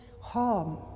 harm